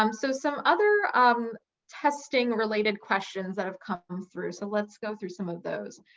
um so some other um testing-related questions that have come um through, so let's go through some of those.